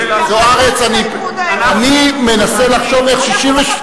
אני מוסיף לחבר הכנסת נחמן שי דקה שלמה.